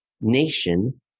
nation